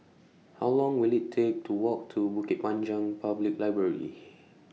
How Long Will IT Take to Walk to Bukit Panjang Public Library